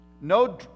No